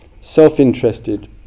self-interested